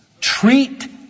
treat